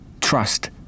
trust